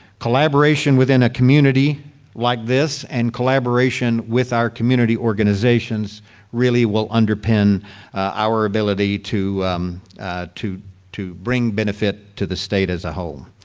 collaboration within a community like this and collaboration with our community organizations really will underpin our ability to to bring benefit to the state as a whole.